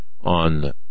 on